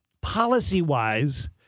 policy-wise